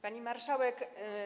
Pani Marszałek!